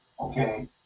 Okay